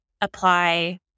apply